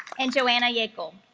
and joanna yeah agel